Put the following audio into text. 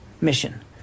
mission